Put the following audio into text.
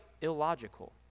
illogical